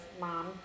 mom